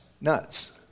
nuts